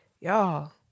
y'all